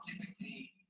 typically